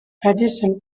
addition